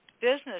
business